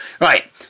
Right